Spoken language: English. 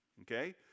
okay